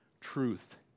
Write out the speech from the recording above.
truth